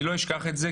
אני לא אשכח את זה,